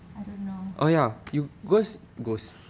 I don't know